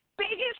Biggest